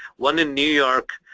one in new york,